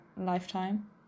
lifetime